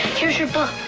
here's your book,